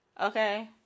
Okay